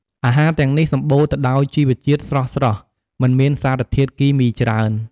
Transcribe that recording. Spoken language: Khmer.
អាហារទាំងនេះសម្បូរទៅដោយជីវជាតិស្រស់ៗ មិនមានសារធាតុគីមីច្រើន។